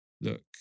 look